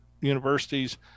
universities